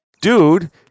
dude